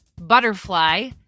butterfly